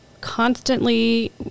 constantly